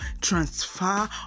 transfer